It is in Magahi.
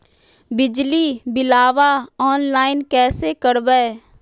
बिजली बिलाबा ऑनलाइन कैसे करबै?